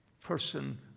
person